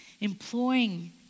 employing